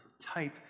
type